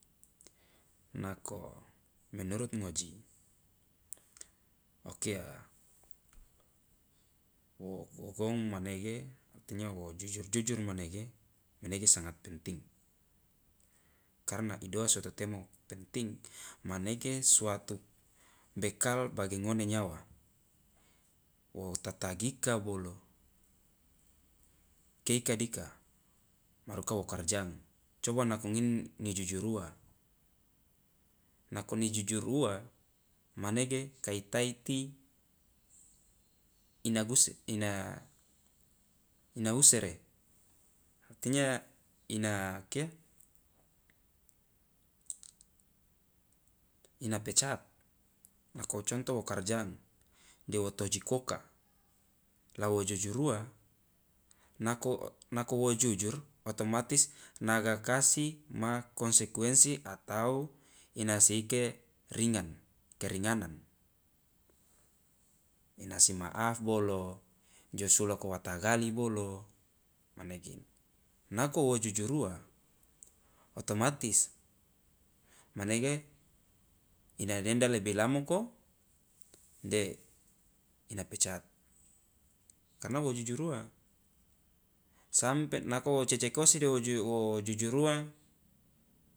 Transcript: Nako menurut ngoji o kia wo wo gong manege artinya wo jujur jujur manege manege sangat penting, karena idoa so to temo penting? Manege suatu bekal bagi ngone nyawa wo tatagi ika bolo ika- ika dika maruka wo karja ne coba nako ngin ni jujur ua nako ni jujur ua manege kai taiti ina guse ina ina usere artinya ina kia ina pecat, nako contoh wo karjanu de wo toji koka la wo jujur ua la wo jujur ua nako nako wo jujur otomatis nagaka si ma konsekuenssi atau ina si ike ringan keringanan, ina si maaf bolo jo suloko wa tagali bolo manege, nako wo jujur ua otomatis manege ina denda lebe lamoko de ina pecat karena wo jujur ua, sampe nako wo cecekosi de wo ju wo jujur ua